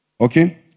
Okay